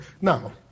now